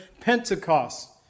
Pentecost